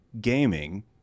gaming